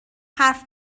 حرف